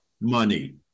money